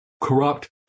corrupt